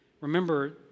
remember